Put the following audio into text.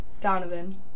Donovan